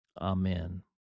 Amen